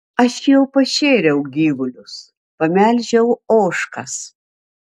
aš jau pašėriau gyvulius pamelžiau ožkas